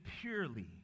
purely